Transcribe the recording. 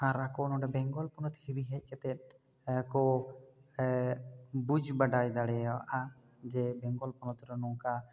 ᱟᱨ ᱟᱠᱚ ᱱᱚᱵᱮ ᱵᱮᱝᱜᱚᱞ ᱯᱚᱱᱚᱛ ᱦᱤᱨᱤ ᱦᱮᱡ ᱠᱟᱛᱮ ᱠᱚ ᱵᱩᱡᱽ ᱵᱟᱰᱟᱭ ᱫᱟᱲᱮᱭᱟᱜᱼᱟ ᱡᱮ ᱵᱮᱝᱜᱚᱞ ᱯᱚᱱᱚᱛ ᱨᱮ ᱱᱚᱝᱠᱟ